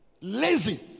Lazy